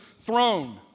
throne